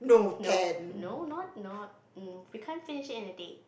no no not not hm we can't finish it in a day